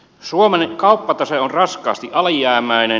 suomen kauppatase on raskaasti alijäämäinen